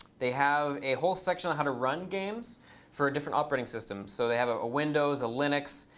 they have a whole section on how to run games for different operating systems. so they have a windows, a linux.